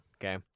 Okay